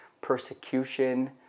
persecution